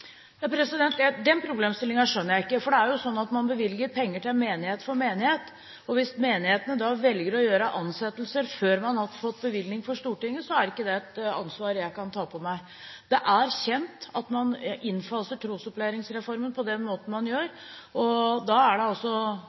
Den problemstillingen skjønner jeg ikke, for det er jo sånn at man bevilger penger menighet for menighet, og hvis menighetene da velger å gjøre ansettelser før man har fått bevilgning fra Stortinget, er ikke det et ansvar jeg kan ta på meg. Det er kjent at man innfaser trosopplæringsreformen på den måten man gjør. Da er det altså